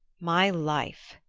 my life!